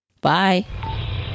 Bye